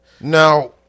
Now